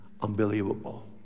unbelievable